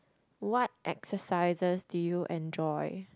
what exercises do you enjoy